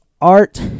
art